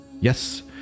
Yes